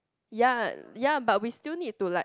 ya ya but we still need to like